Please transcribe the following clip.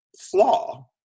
flaw